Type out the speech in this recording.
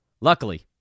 Luckily